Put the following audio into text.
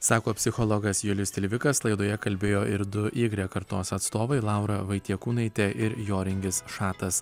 sako psichologas julius tilvikas laidoje kalbėjo ir du igrek kartos atstovai laura vaitiekūnaitė ir joringis šatas